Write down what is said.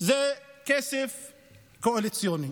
כסף קואליציוני.